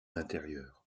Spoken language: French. intérieur